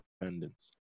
independence